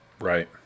Right